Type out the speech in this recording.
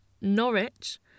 Norwich